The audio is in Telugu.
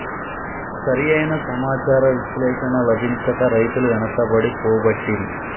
సరి అయిన సమాచార విశ్లేషణ లభించక రైతులు వెనుకబడి పోబట్టిరి